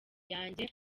yanjye